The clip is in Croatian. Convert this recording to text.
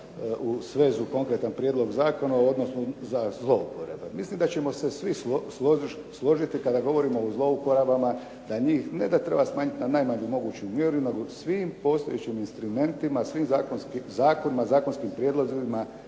u svezu konkretan prijedlog zakona u odnosu za zlouporabe. Mislim da ćemo se svi složiti kada govorimo o zlouporabama, da njih ne da treba smanjiti na najmanju moguću mjeru nego svim postojećim instrumentima, svim zakonima, zakonskim prijedlozima